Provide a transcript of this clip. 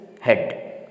head